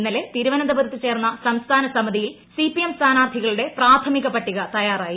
ഇന്നലെ തിരുവനന്തപുരത്ത് ചേർന്ന സംസ്ഥാന സമിതിയിൽ സിപിഎം സ്ഥാനാർത്ഥികളുടെ പ്രാഥമിക പട്ടിക തയാറായി